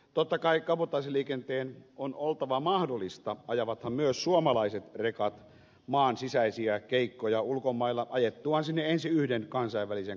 totta kai kabotaasiliikenteen on oltava mahdollista ajavat on myös suomalaiset rekat maan sisäisiä keikkoja ulkomailla ajettuaan sinne ensin yhden kansainvälisen